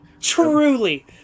truly